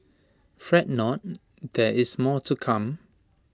fret not there is more to come